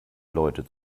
leute